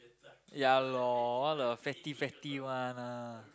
ya lor all the fatty fatty one ah